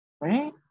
Right